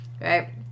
Right